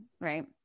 Right